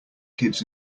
kids